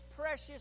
precious